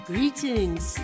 Greetings